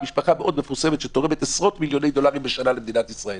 משפחה מאוד מפורסמת שתורמת עשרות מיליוני דולרים בשנה למדינת ישראל